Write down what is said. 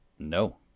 No